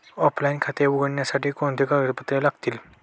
Offline खाते उघडण्यासाठी कोणती कागदपत्रे लागतील?